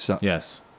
Yes